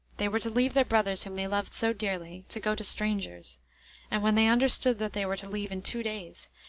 they were to leave their brothers whom they loved so dearly, to go to strangers and when they understood that they were to leave in two days,